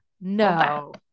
No